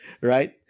right